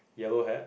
yellow hat